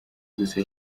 gusa